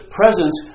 presence